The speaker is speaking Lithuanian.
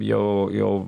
jau jau